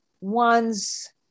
one's